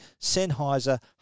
Sennheiser